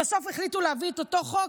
ובסוף החליטו להביא את אותו חוק,